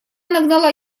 нагнала